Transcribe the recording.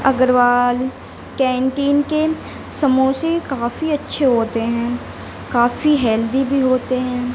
Agarwal canteen کے سموسے کافی اچّھے ہوتے ہیں کافی ہیلدی بھی ہوتے ہیں